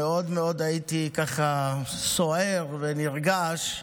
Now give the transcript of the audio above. הייתי, ככה, מאוד מאוד סוער ונרגש,